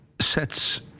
sets